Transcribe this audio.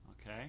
Okay